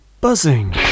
buzzing